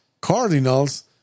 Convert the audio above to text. Cardinals